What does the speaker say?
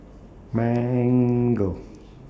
Mango